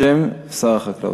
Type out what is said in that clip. בשם שר החקלאות.